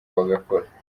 bagakora